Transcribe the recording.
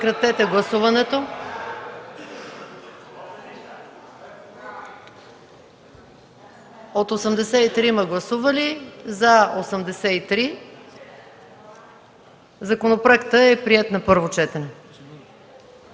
Законопроектът е приет на първо четене.